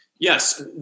Yes